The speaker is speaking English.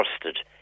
trusted